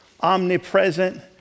omnipresent